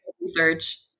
Research